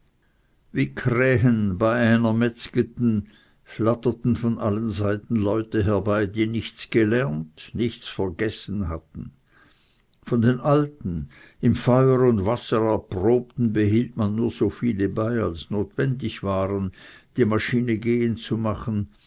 wie krähen bei einer metzgeten flatterten von allen seiten leute herbei die nichts gelernt nichts vergessen hatten von den alten im feuer und wasser erprobten behielt man nur so viele bei als notwendig waren die maschine gehen zu machen